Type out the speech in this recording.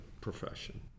profession